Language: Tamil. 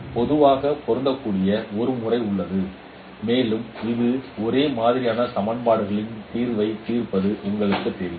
எனவே பொதுவாகப் பொருந்தக்கூடிய ஒரு முறை உள்ளது மேலும் இது ஒரே மாதிரியான சமன்பாடுகளின் தீர்வைத் தீர்ப்பது உங்களுக்குத் தெரியும்